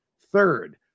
Third